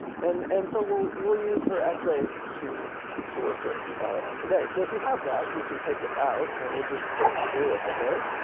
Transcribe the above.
and and so we'll we'll use her essay to to work with today. so if you have that, you can take it out and we'll just sort through it a bit.